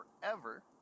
forever